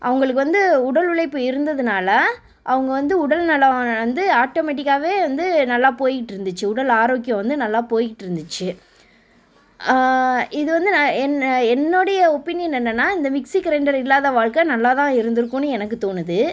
அவங்களுக்கு வந்து உடல் உழைப்பு இருந்ததுனால் அவங்க வந்து உடல்நலம் வந்து ஆட்டமேட்டிக்காகவே வந்து நல்லா போயிட்டிருந்துச்சி உடல் ஆரோக்கியம் வந்து நல்லா போயிட்டிருந்துச்சி இது வந்து நான் என்ன என்னுடைய ஒப்பீனியன் என்னன்னால் இந்த மிக்ஸி க்ரைண்டர் இல்லாத வாழ்க்க நல்லாதான் இருந்துருக்கும்னு எனக்கு தோணுது